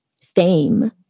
fame